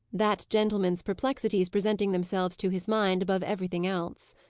that gentleman's perplexities presenting themselves to his mind above everything else.